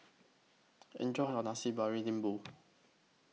Enjoy your Nasi Lembu